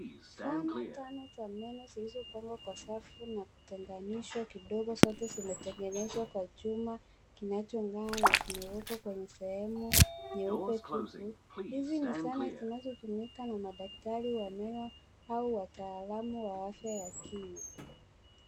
Zama tano za meno zilizopangwa kwa safu na kutenganishwa kidogo. Zote zimetengenezwa kwa chuma kinachong'aa na zimewekwa kwenye sehemu nyeupe tupu. Hizi ni zana zinazotumika na madaktari wa meno au wataalamu wa afya ya kinywa.